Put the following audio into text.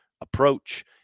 approach